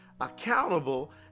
accountable